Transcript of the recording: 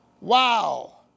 Wow